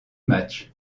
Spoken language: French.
matchs